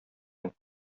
мин